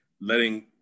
letting